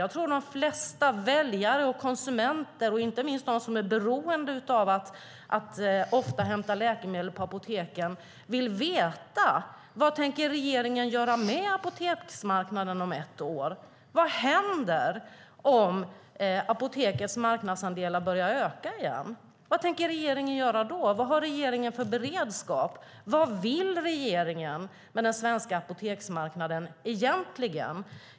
Jag tror att de flesta väljare och konsumenter, inte minst de som är beroende av att ofta hämta läkemedel på apoteken, också vill veta vad regeringen tänker göra med apoteksmarknaden om ett år. Vad händer om Apotekets marknadsandelar börjar öka igen? Vad tänker regeringen göra då? Vad har regeringen för beredskap? Vad vill regeringen egentligen med den svenska apoteksmarknaden?